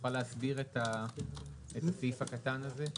תוכל להסביר את הסעיף הקטן הזה?